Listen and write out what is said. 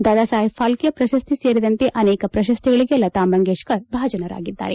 ದಾದಾ ಸಾಹೇಬ್ ಪಾಲ್ಕೆ ಪ್ರಶಸ್ತಿ ಸೇರಿದಂತೆ ಅನೇಕ ಪ್ರಶಸ್ತಿಗಳಿಗೆ ಲತಾ ಮಂಗೇಶ್ಕರ್ ಭಾಜನರಾಗಿದ್ದಾರೆ